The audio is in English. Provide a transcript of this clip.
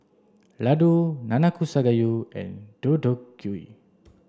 Ladoo Nanakusa gayu and Deodeok gui